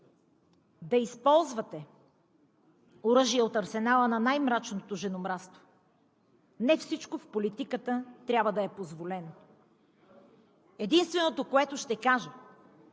да използвате оръжия от арсенала на най-мрачното женомразство. Не всичко в политиката трябва да е позволено. Единственото, което ще кажа,